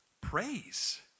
Praise